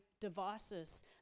devices